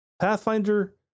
Pathfinder